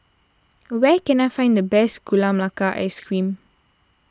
where can I find the best Gula Melaka Ice Cream